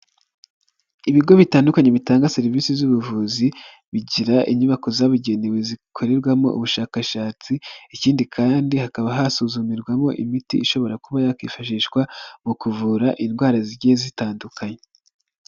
Ibigo bitandukanye bitanga serivisi z'ubuvuzi bigira inyubako zabugenewe zikorerwamo ubushakashatsi, ikindi kandi hakaba hasuzumirwamo imiti ishobora kuba yakwifashishwa mu kuvura indwara zigiye zitandukanye.